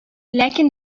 ләкин